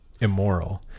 immoral